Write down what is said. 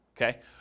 okay